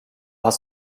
hast